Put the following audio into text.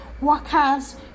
workers